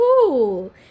cool